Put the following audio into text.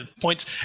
Points